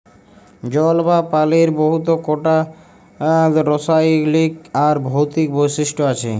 জল বা পালির বহুত কটা রাসায়লিক আর ভৌতিক বৈশিষ্ট আছে